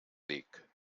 dic